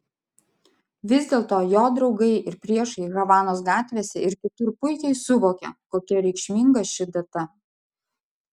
vis dėlto jo draugai ir priešai havanos gatvėse ir kitur puikiai suvokia kokia reikšminga ši data